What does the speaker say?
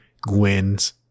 Gwen's